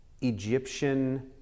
Egyptian